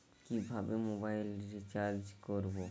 কিভাবে mobile recharge করব?